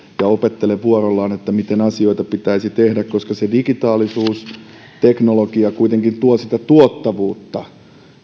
ja opettele vuorollaan miten asioita pitäisi tehdä koska digitaalisuus ja teknologia kuitenkin tuovat sitä tuottavuutta